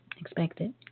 expected